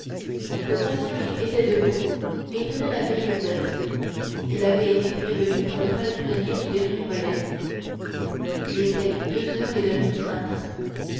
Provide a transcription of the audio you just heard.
le concierge était debout et tenait la grille ouverte il avait été prévenu par le palefrenier du dernier relais il était deux heures et demie du matin